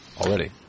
already